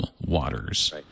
waters